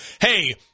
hey